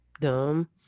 dumb